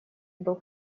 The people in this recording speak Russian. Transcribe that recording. был